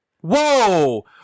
Whoa